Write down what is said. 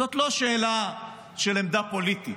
זאת לא שאלה של עמדה פוליטית,